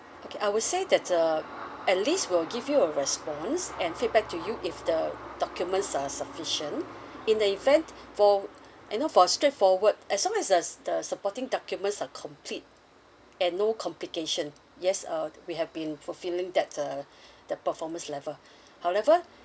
okay I would say that uh at least we will give you a response and feedback to you if the documents are sufficient in the event for you know for straight forward as long as there's the supporting documents are complete and no complication yes uh we have been fulfilling that uh the performance level however